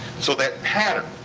so that pattern.